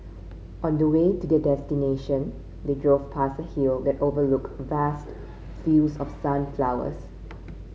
on the way to their destination they drove past a hill that overlooked vast fields of sunflowers